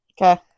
Okay